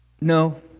no